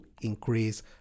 increase